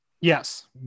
Yes